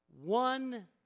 one